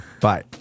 Bye